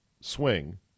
swing